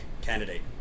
candidate